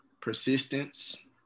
persistence